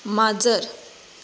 माजर